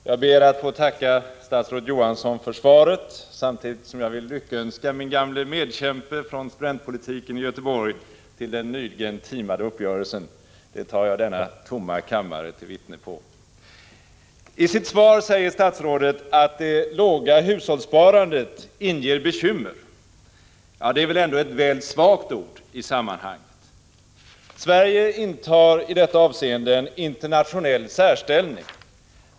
Herr talman! Jag ber att få tacka statsrådet Johansson för svaret, samtidigt som jag vill lyckönska min gamle medkämpe från studentpolitiken i Göteborg till den nyligen timade upphöjelsen. Det tar jag denna tomma kammare till vittne på. I sitt svar säger statsrådet att det låga hushållssparandet inger bekymmer. Det är väl ändå ett väl svagt ord i sammanhanget! Sverige intar i detta avseende en internationell särställning.